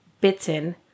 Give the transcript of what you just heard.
bitten